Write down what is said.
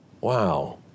Wow